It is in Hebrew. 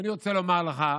ואני רוצה לומר לך,